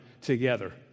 together